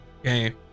Okay